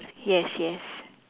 yes yes